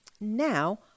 Now